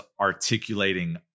articulating